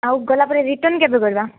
ଆଉ ଗଲା ପରେ ରିଟର୍ନ କେବେ କରିବା